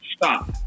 Stop